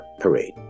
parade